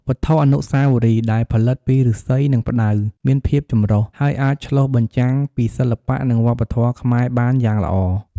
វត្ថុអនុស្សាវរីយ៍ដែលផលិតពីឫស្សី និងផ្តៅមានភាពចម្រុះ ហើយអាចឆ្លុះបញ្ចាំងពីសិល្បៈ និងវប្បធម៌ខ្មែរបានយ៉ាងល្អ។